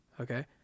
okay